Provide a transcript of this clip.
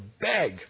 beg